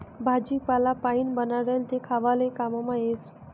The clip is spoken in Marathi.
भाजीपाला पाइन बनाडेल तेल खावाले काममा येस